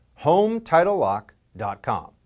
HomeTitleLock.com